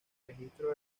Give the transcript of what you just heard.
registro